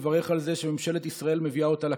מברך על זה שממשלת ישראל מביאה אותה לכנסת.